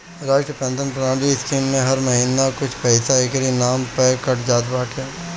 राष्ट्रीय पेंशन प्रणाली स्कीम में हर महिना कुछ पईसा एकरी नाम पअ कट जात बाटे